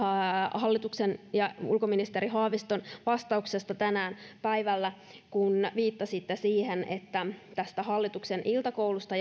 hallituksen ja ulkoministeri haaviston vastauksesta tänään päivällä kun viittasitte siihen että tästä hallituksen iltakoulusta